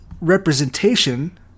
representation